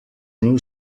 new